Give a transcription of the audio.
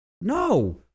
no